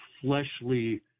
fleshly